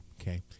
Okay